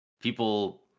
people